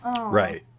Right